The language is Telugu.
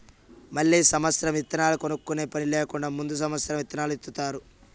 మళ్ళీ సమత్సరం ఇత్తనాలు కొనుక్కునే పని లేకుండా ముందు సమత్సరం ఇత్తనాలు ఇత్తుతారు